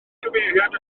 gyfeiriad